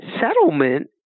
Settlement